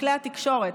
מכלי התקשורת,